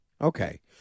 Okay